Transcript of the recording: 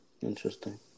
Interesting